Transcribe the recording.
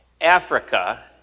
Africa